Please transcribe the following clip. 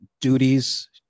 duties